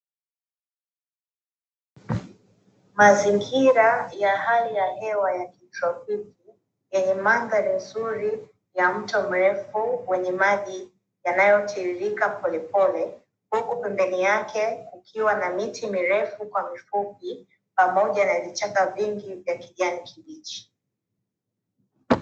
Mazingira ya hali ya hewa ya kitropiki, yenye mandhari nzuri ya mto mrefu wenye maji yanayotiririka polepole, huku pembeni yake kukiwa na miti mirefu kwa mifupi pamoja na vichaka vingi vya kijani kibichi.